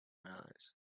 eyes